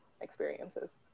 experiences